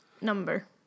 number